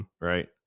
Right